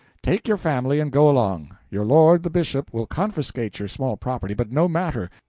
take your family and go along. your lord the bishop will confiscate your small property, but no matter.